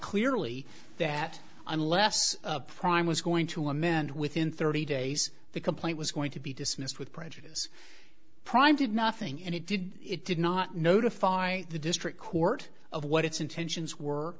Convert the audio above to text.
clearly that unless prime was going to amend within thirty days the complaint was going to be dismissed with prejudice prime did nothing and it did it did not notify the district court of what its